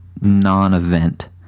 non-event